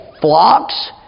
flocks